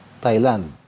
Thailand